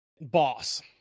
boss